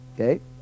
okay